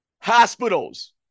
Hospitals